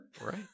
Right